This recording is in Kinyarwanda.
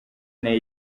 nayo